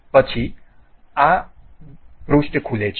પછી આ પૃષ્ઠ ખુલે છે